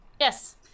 Yes